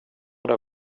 det